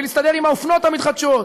ולהסתדר עם האופנות המתחדשות?